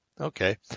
Okay